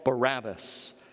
Barabbas